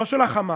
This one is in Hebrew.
לא של ה"חמאס",